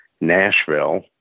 Nashville